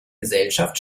gesellschaft